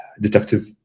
detective